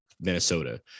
Minnesota